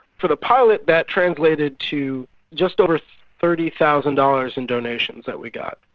for the pilot that translated to just over thirty thousand dollars in donations that we got.